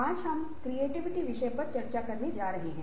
आज हम क्रिएटिविटी विषय पर चर्चा करने जा रहे हैं